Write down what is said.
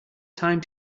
time